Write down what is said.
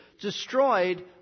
destroyed